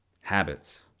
Habits